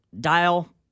dial